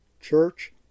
church